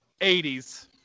80s